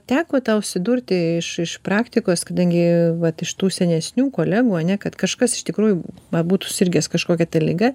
teko tau susidurti iš iš praktikos kadangi vat iš tų senesnių kolegų ane kad kažkas iš tikrųjų va būtų sirgęs kažkokia tai liga